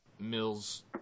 Mills